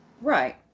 Right